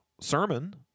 sermon